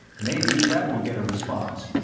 maybe that will get a response.